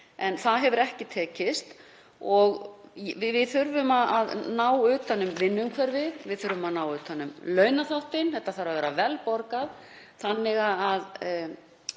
Það hefur ekki tekist. Við þurfum að ná utan um vinnuumhverfið. Við þurfum að ná utan um launaþáttinn. Þetta þarf að vera vel borgað starf þannig að